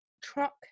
truck